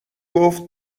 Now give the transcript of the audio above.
گفت